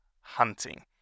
hunting